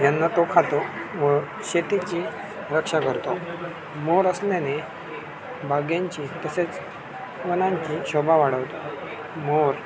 यांना तो खातो व शेतीची रक्षा करतो मोर असल्याने बागांची तसेच मनांची शोभा वाढवतो मोर